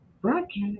broadcast